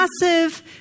massive